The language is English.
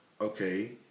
Okay